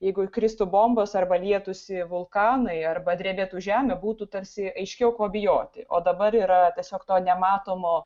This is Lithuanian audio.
jeigu kristų bombos arba lietųsi vulkanai arba drebėtų žemė būtų tarsi aiškiau ko bijoti o dabar yra tiesiog to nematomo